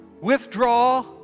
withdraw